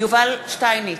יובל שטייניץ,